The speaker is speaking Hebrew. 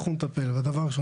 אנחנו נטפל, דבר ראשון.